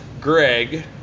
Greg